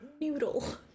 Noodle